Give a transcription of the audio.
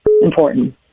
important